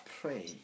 pray